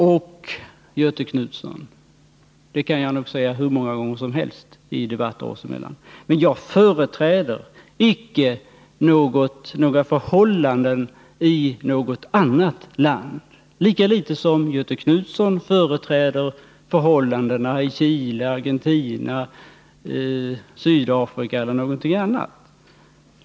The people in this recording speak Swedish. Jag kan nog säga till Göthe Knutson i hur många debatter som helst oss emellan, att jag icke företräder några förhållanden i något annat land — lika litet som Göthe Knutson företräder förhållandena i Chile, Argentina, Sydafrika eller något annat land.